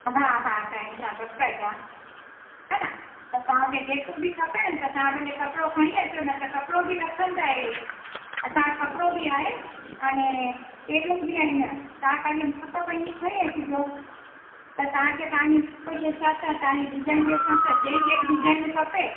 हा हा टाइम सां बसि चइजो हा न त तव्हांखे जेको बि खपे न तव्हां भले कपिड़ो खणी अचो न त कपिड़ो बि रखंदा इहे असां वटि कपिड़ो बि आहे हाणे जीनूं बि आहिनि तव्हां ख़ाली माप पंहिंजी खणी अचिजो त तव्हांखे तव्हांजी माप जे हिसाब सां तव्हांजे डिज़ाइन जे हिसाब सां जे जे डिज़ाइन खपे